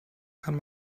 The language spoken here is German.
kann